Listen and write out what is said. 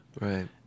Right